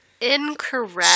Incorrect